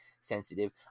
sensitive